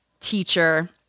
teacher